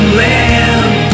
land